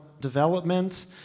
development